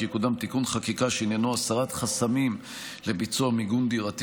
החלטה שעניינה הרחבת דירה לשם בניית מרחב מוגן דירתי